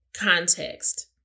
context